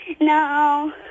No